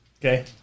Okay